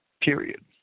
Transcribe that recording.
Period